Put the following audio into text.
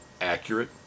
accurate